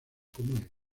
comunes